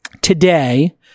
today